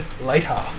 later